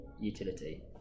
utility